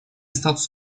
статус